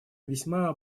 весьма